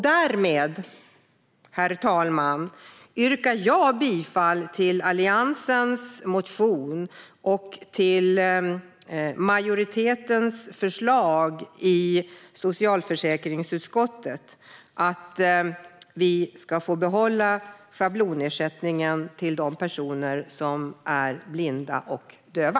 Därmed, herr talman, yrkar jag bifall till Alliansens motion och till majoritetens förslag i socialförsäkringsutskottet om att vi ska få behålla schablonersättningen till de personer som är blinda eller döva.